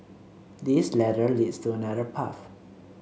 this ladder leads to another path